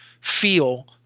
feel